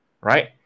right